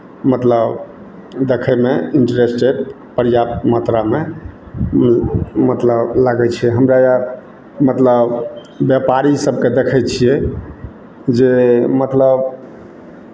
मतलब देखयमे इन्टरेस्टेड पर्याप्त मात्रामे मतलब लागै छै हमरा आर मतलब व्यापारी सभकेँ देखै छियै जे मतलब